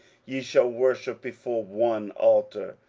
ye shall worship before one altar,